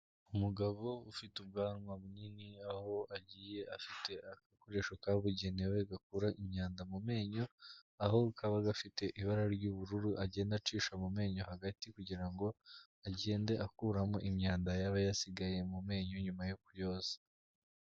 Umugabo ufite ubwanwa bunini, aho agiye afite agakoresho kabugenewe gakura imyanda mu menyo, aho kaba gafite ibara ry'ubururu, agenda acisha mu menyo hagati, kugira ngo agende akuramo imyanda yaba yasigaye mu menyo, nyuma yo kuyoza.